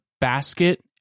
basket